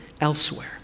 elsewhere